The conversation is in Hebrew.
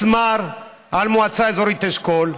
פצמ"ר, על מועצה אזורית אשכול.